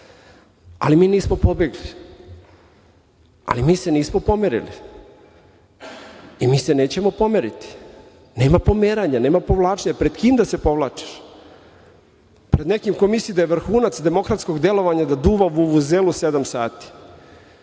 mi nismo pobegli. Ali, mi se nismo pomerili. I mi se nećemo pomeriti. Nema pomeranja. Nema povlačenja. Pred kim da se povlačiš? Pred nekim ko misli da je vrhunac demokratskog delovanja da duva u vuvuzelu sedam sati?